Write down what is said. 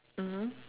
mmhmm